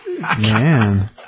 Man